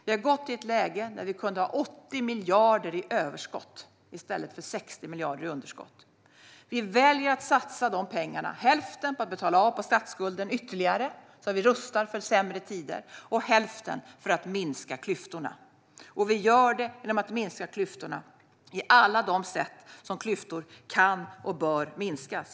Vi har gått till ett läge där vi kunde ha haft 80 miljarder i överskott i stället för 60 miljarder i underskott. Vi väljer att satsa dessa pengar. Hälften går till att ytterligare betala av på statsskulden så att vi rustar för sämre tider. Den andra hälften går till att minska klyftorna. Vi gör det genom att minska klyftorna på alla de sätt som klyftor kan och bör minskas.